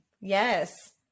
Yes